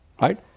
right